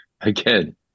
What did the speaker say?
again